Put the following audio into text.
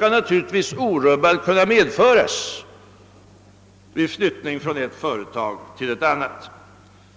naturligtvis skall orubbad kunna medföras vid flyttning från ett företag till ett annat.